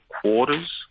quarters